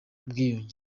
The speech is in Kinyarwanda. ubwiyunge